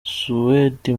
suwedi